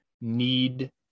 need